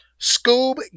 Scoob